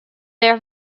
their